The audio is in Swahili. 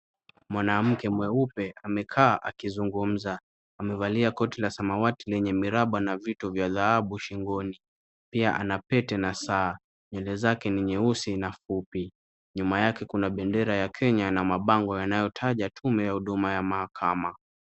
Mwanamke mweupe amekaa akizungumza, amevalia koti la samawati lenye miraba na vitu vya dhahabu shingoni, pia ana pete na saa. Nywele zake ni nyeusi na fupi. Nyuma yake kuna bendera ya Kenya na mabango yanayotaja tume ya huduma ya mahakama.